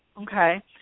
Okay